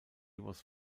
was